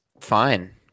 fine